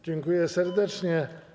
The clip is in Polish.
Dziękuję serdecznie.